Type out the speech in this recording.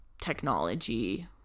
technology